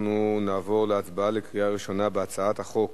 נעבור להצבעה בקריאה ראשונה על הצעת חוק